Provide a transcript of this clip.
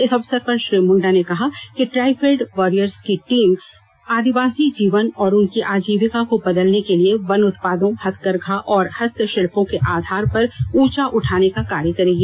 इस अवसर पर श्री मृण्डा ने कहा कि ट्राईफेड वॉरियर्स की टीम आदिवॉसी जीवन और उनके आजीविका को बदलने के लिए वेन उत्पादों हथकरघा और हस्तषिल्पों के आधार पर ऊंचा उठाने का कार्य करेगी